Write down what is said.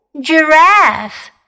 giraffe